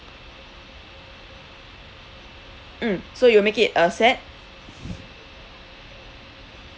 mm so you'll make it a set